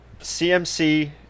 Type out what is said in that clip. CMC